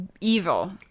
evil